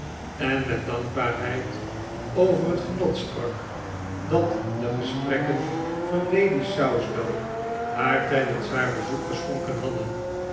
en met dankbaarheid over het genot sprak dat de gesprekken van lady southdown haar tijdens haar bezoek geschonken hadden